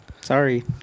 sorry